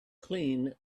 clean